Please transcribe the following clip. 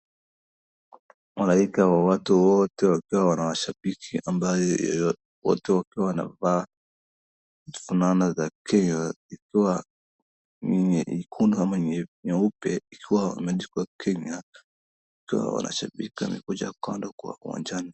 Malaika ya watu wote wakiwa wanawashabiki ambaye wote wakiwa wanavaa fulana za Kenya ikiwa nyingine nyekundu ama nyeupe ikiwa wameandika Kenya wakiwa wanashabiki wamekuja kando kwa uwanja.